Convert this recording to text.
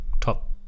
top